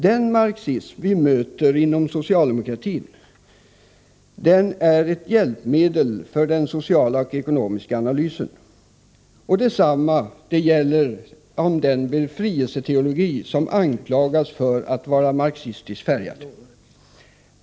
Den marxism vi möter inom socialdemokratin är ett hjälpmedel för den sociala och ekonomiska analysen. Detsamma gäller om den befrielseteologi som anklagas för att vara marxistiskt färgad.